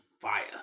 fire